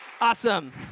Awesome